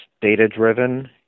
data-driven